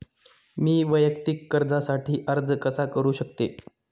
मी वैयक्तिक कर्जासाठी अर्ज कसा करु शकते?